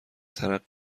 ترقه